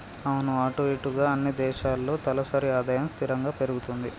అవును అటు ఇటుగా అన్ని దేశాల్లో తలసరి ఆదాయం స్థిరంగా పెరుగుతుంది